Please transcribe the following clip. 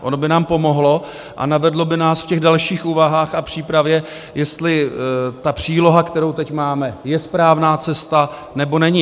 Ono by nám pomohlo a navedlo by nás v těch dalších úvahách a přípravě, jestli ta příloha, kterou teď máme, je správná cesta, nebo není.